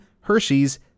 Hershey's